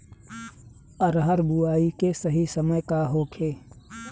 अरहर बुआई के सही समय का होखे?